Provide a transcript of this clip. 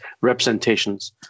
representations